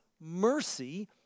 mercy